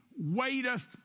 waiteth